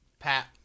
Pat